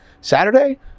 Saturday